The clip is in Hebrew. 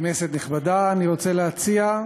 כנסת נכבדה, אני רוצה להציע,